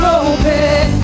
open